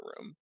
room